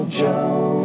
joe